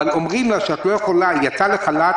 יצאה לחל"ת,